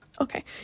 Okay